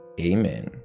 Amen